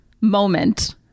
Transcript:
moment